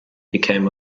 became